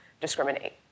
discriminate